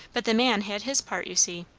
but the man had his part, you see.